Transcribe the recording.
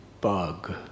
bug